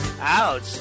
Ouch